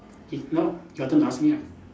if not Jordan ask me ah